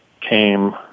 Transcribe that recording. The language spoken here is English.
came